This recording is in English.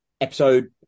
Episode